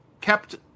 kept